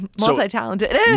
Multi-talented